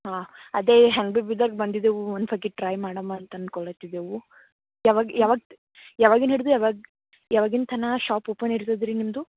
ಹಾಂ ಅದೇ ಹೆಂಗೆ ಭೀ ಬೀದರ್ಗೆ ಬಂದಿದೇವೆ ಒಂದು ಸರ್ತಿ ಟ್ರೈ ಮಾಡೋಣ ಅಂತ ಅನ್ಕೊಳತ್ತಿದ್ದೇವೆ ಯಾವಾಗ ಯಾವಾಗ ಯಾವಾಗಿಂದ್ ಹಿಡ್ದು ಯಾವಾಗ ಯಾವಾಗಿನ ತನಕ ಶಾಪ್ ಓಪನ್ ಇರ್ತದೆ ರಿ ನಿಮ್ಮದು